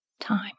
time